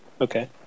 Okay